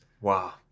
wow